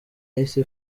yahise